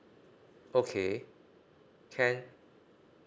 okay can